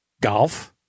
Golf